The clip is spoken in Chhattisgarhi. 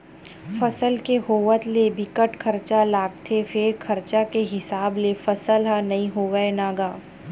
फसल के होवत ले बिकट खरचा लागथे फेर खरचा के हिसाब ले फसल ह नइ होवय न गा